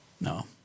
No